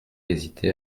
hésiter